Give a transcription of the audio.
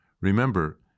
Remember